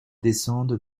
descende